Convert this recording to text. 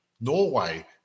Norway